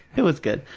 it was good.